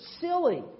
silly